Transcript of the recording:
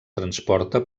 transporta